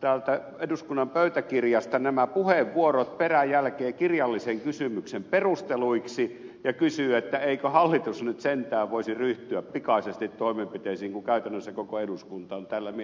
täältä eduskunnan pöytäkirjasta nämä puheenvuorot peräjälkeen kirjallisen kysymyksen perusteluiksi ja kysyy eikö hallitus nyt sentään voisi ryhtyä pikaisesti toimenpiteisiin kun käytännössä koko eduskunta on täällä vielä